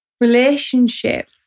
relationship